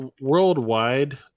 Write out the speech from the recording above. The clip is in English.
Worldwide